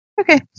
Okay